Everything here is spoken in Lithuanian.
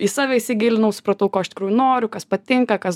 į save įsigilinau supratau ko iš tikrųjų noriu kas patinka kas